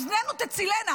אוזנינו תצילנה.